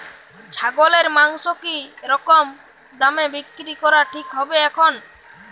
ছাগলের মাংস কী রকম দামে বিক্রি করা ঠিক হবে এখন?